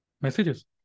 messages